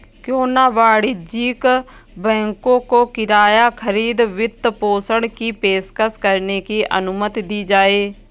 क्यों न वाणिज्यिक बैंकों को किराया खरीद वित्तपोषण की पेशकश करने की अनुमति दी जाए